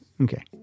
Okay